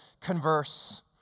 converse